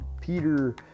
Peter